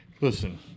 listen